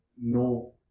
no